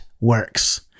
works